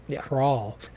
crawl